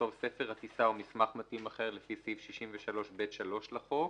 לכתוב "ספר הטיסה או מסמך מתאים אחר לפי סעיף 63(ב)(3) לחוק".